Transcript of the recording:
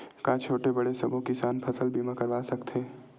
का छोटे बड़े सबो किसान फसल बीमा करवा सकथे?